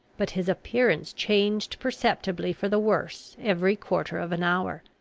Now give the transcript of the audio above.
but his appearance changed perceptibly for the worse every quarter of an hour.